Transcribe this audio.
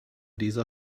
dieser